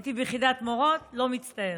הייתי ביחידת מורות, לא מצטערת.